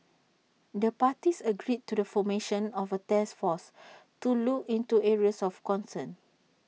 the parties agreed to the formation of A task force to look into areas of concern